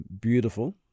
beautiful